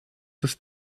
ist